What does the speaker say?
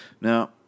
Now